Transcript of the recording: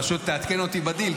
פשוט תעדכן אותי בדיל,